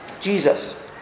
Jesus